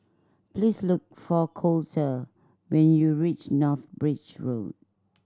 please look for Colter when you reach North Bridge Road